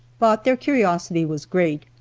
but their curiosity was great,